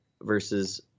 versus